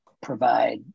provide